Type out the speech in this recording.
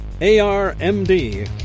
A-R-M-D